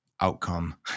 outcome